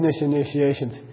initiations